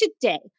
today